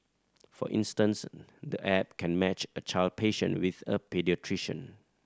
for instance the app can match a child patient with a paediatrician